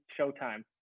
showtime